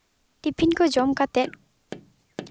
tiffin ᱠᱚ ᱡᱚᱢ ᱠᱟᱛᱮ